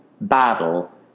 battle